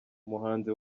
umuhanzi